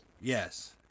yes